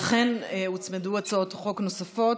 ואכן, הוצמדו הצעות חוק נוספות.